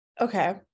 Okay